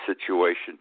situation